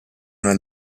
nel